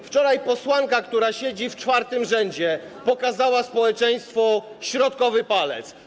Wczoraj posłanka, która siedzi w czwartym rzędzie, pokazała społeczeństwu środkowy palec.